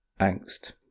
angst